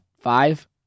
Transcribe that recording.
five